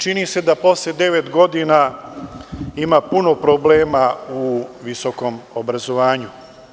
Čini se da posle devet godina ima puno problema u visokom obrazovanju.